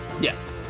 Yes